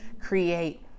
create